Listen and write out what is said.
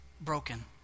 broken